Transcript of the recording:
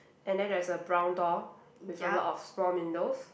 and then there's a brown door with a lot of small windows